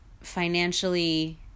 financially